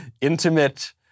intimate